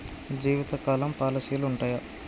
జీవితకాలం పాలసీలు ఉంటయా?